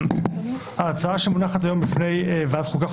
ההצעה שמונחת היום בפני ועדת החוקה,